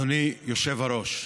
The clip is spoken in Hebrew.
אדוני היושב-ראש,